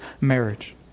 marriage